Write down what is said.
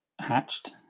hatched